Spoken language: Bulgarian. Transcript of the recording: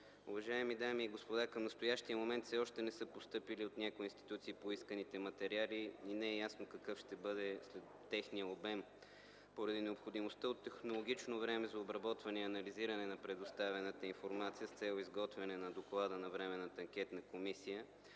Уважаеми дами и господа, към настоящия момент все още не са постъпили от някои институции поисканите материали и не е ясно какъв ще бъде техният обем. Поради необходимостта от технологично време за обработване и анализиране на предоставената информация с цел изготвяне на доклада на Временната анкетна комисия,